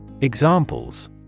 Examples